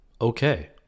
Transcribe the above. okay